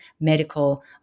medical